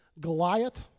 Goliath